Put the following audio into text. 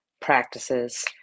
practices